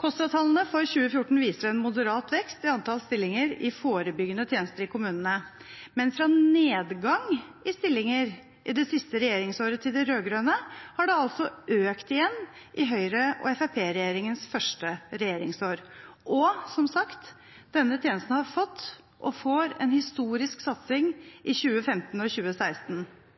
KOSTRA-tallene for 2014 viser en moderat vekst i antall stillinger i forebyggende tjenester i kommunene, men fra en nedgang i stillinger i det siste regjeringsåret til de rød-grønne har det altså økt igjen i Høyre–Fremskrittsparti-regjeringens første regjeringsår. Og, som sagt, denne tjenesten har fått, og får, en historisk satsing i 2015 og 2016.